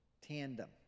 tandem